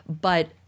but-